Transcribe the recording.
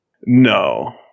no